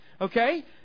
Okay